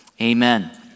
amen